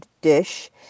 dish